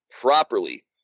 properly